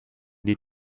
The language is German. die